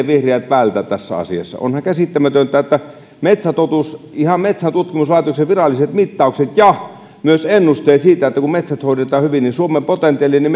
vihreät vältä tässä asiassa onhan käsittämätöntä että vaikka ihan metsäntutkimuslaitoksen virallisissa mittauksissa ja myös ennusteissa on että kun metsät hoidetaan hyvin niin suomen potentiaalinen